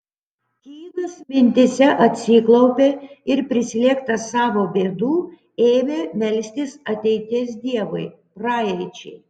kynas mintyse atsiklaupė ir prislėgtas savo bėdų ėmė melstis ateities dievui praeičiai